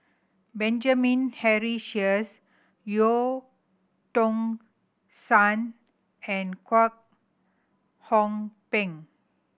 Benjamin Henry Sheares Eu Tong Sen and Kwek Hong Png